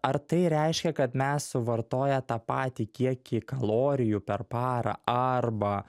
ar tai reiškia kad mes suvartoję tą patį kiekį kalorijų per parą arba